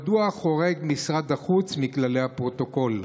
מדוע חורג משרד החוץ מכללי הפרוטוקול?